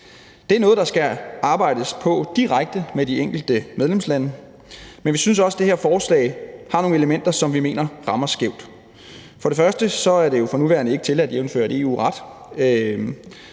Det er noget, der skal arbejdes på direkte med de enkelte medlemslande. Men vi synes også, at det her forslag har nogle elementer, som vi mener rammer skævt. For det første er det for nuværende ikke tilladt jævnfør EU-retten.